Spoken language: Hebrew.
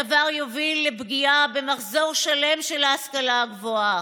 הדבר יוביל לפגיעה במחזור שלם של ההשכלה הגבוהה,